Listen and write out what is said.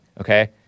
okay